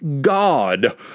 God